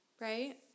right